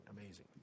amazing